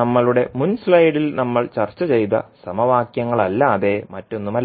നമ്മളുടെ മുൻ സ്ലൈഡിൽ നമ്മൾ ചർച്ച ചെയ്ത സമവാക്യങ്ങളല്ലാതെ മറ്റൊന്നുമല്ല